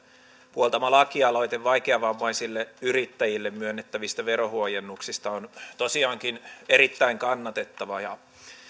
puoltama lakialoite vaikeavammaisille yrittäjille myönnettävistä verohuojennuksista on tosiaankin erittäin kannatettava